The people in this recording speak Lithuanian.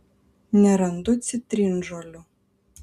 nerandu citrinžolių